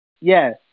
Yes